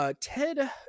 Ted